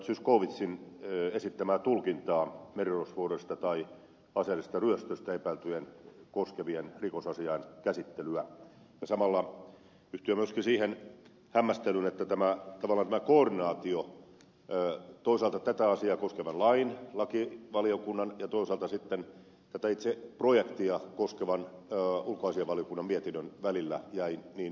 zyskowiczin esittämää tulkintaa merirosvouksesta tai aseellisesta ryöstöstä epäiltyjä koskevien rikosasiain käsittelystä ja samalla yhtyä myöskin siihen hämmästelyyn että tavallaan koordinaatio toisaalta tätä asiaa koskevan lakivaliokunnan mietinnön ja toisaalta sitten tätä itse projektia koskevan ulkoasiainvaliokunnan mietinnön välillä jäi niin ohueksi